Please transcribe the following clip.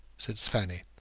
said fanny.